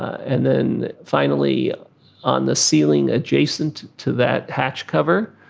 and then finally on the ceiling adjacent to that hatch cover,